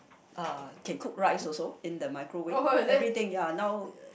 uh can cook rice also in the microwave everything ya now